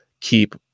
keep